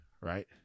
right